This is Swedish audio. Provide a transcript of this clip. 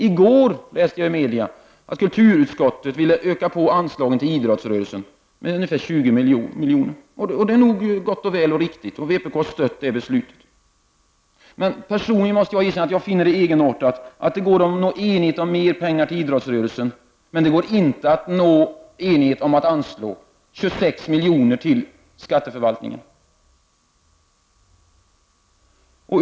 I går läste jag i media att kulturutskottet ville öka anslagen till idrottsrörelsen med ungefär 20 milj.kr. Det är nog gott och väl samt riktigt, och vpk har också stött det förslaget. Personligen måste jag dock erkänna att jag finner det anmärkningsvärt att det går att uppnå enighet om mer pengar till idrottsrörelsen samtidigt som det inte är möjligt att uppnå enighet om att anslå 26 milj.kr. mer till skatteförvaltningen.